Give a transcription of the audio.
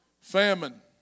famine